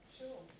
sure